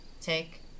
take